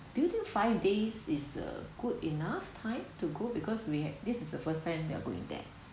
do you think five days is uh good enough time to go because we ha~ this is the first time we are going there